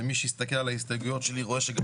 ומי שיסתכל על ההסתייגויות שלי רואה שגם